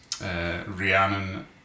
Rhiannon